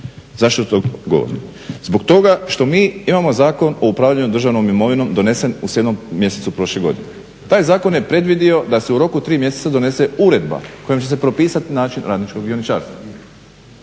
Zašto to govorim? Zbog toga što mi imamo Zakon o upravljanju državnom imovinom donesen u sedmom mjesecu prošle godine. Taj zakon je predvidio da se u roku od tri mjeseca donesene uredba kojom će se propisati način radničkog dioničarstva.